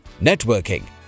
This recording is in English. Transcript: networking